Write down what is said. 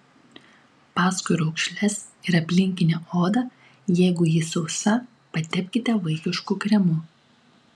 paskui raukšles ir aplinkinę odą jeigu ji sausa patepkite vaikišku kremu